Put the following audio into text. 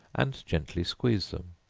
and gently squeeze them,